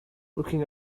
looking